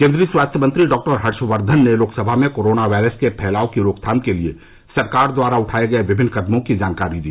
केन्द्रीय स्वास्थ्य मंत्री डा हर्षवर्धन ने लोकसभा में कोरोना वायरस के फैलाव की रोकथाम के लिए सरकार द्वारा उठाये गये विमिन्न कदमों की जानकारी दी